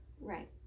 Right